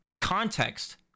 context